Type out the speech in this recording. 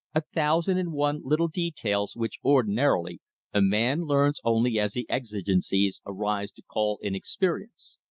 a thousand and one little details which ordinarily a man learns only as the exigencies arise to call in experience.